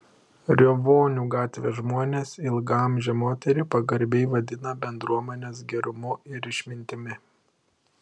riovonių gatvės žmonės ilgaamžę moterį pagarbiai vadina bendruomenės gerumu ir išmintimi